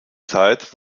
zeit